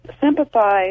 sympathize